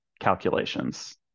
calculations